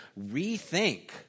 rethink